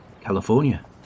California